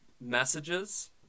messages